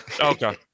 Okay